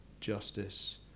Justice